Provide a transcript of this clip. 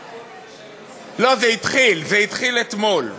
לא, זה התחיל, זה התחיל אתמול.